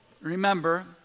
Remember